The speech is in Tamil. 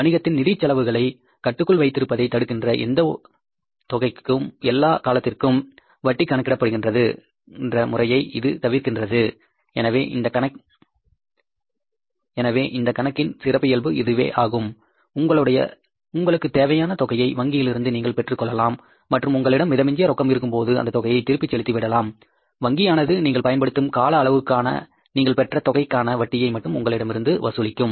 வணிகத்தின் நிதி செலவுகளை கட்டுக்குள் வைத்திருப்பதை தடுக்கின்ற எந்த தொகைக்கும் எல்லா காலத்திற்கும் வட்டி கணக்கிடப்படுகின்றன முறையை இது தவிர்க்கிறது இதுவே இந்த கணக்கின் சிறப்பியல்பு ஆகும் உங்களுக்கு தேவையான தொகையை வங்கியிலிருந்து நீங்கள் பெற்றுக்கொள்ளலாம் மற்றும் உங்களிடம் மிதமிஞ்சிய ரொக்கம் இருக்கும்போது அந்தத் தொகையை திருப்பி செலுத்திவிடலாம் வங்கியானது நீங்கள் பயன்படுத்தும் கால அளவுக்கான நீங்கள் பெற்ற தொகைக்கான வட்டியை மட்டும் உங்களிடமிருந்து வசூலிக்கும்